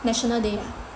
National Day ah